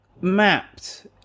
mapped